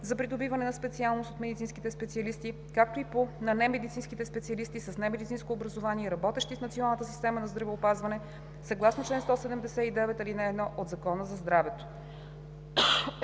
за придобиване на специалност от медицинските специалисти, както и на немедицинските специалисти с немедицинско образование, работещи в националната система за здравеопазване съгласно чл. 179, ал. 1 от Закона за здравето.